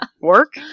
Work